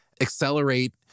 accelerate